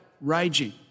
raging